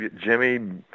jimmy